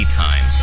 time